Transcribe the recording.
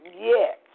Yes